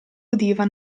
udiva